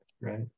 Right